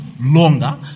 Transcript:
Longer